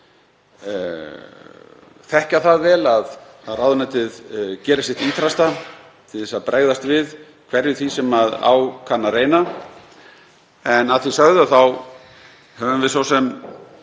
þekkja það vel að ráðuneytið gerir sitt ýtrasta til að bregðast við hverju því sem á kann að reyna. Að því sögðu þá höfum við alveg